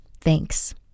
Thanks